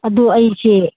ꯑꯗꯣ ꯑꯩꯁꯦ